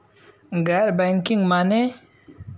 गैर बैंकिंग माने?